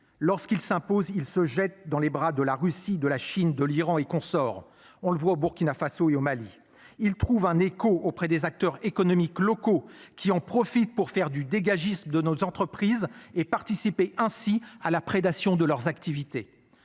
lorsqu'il s'impose, il se jette dans les bras de la Russie de la Chine de l'Iran et consorts. On le voit au Burkina Faso et au Mali, il trouve un écho auprès des acteurs économiques locaux. Qui en profite pour faire du dégagisme de nos entreprises et participer ainsi à la prédation de leurs activités.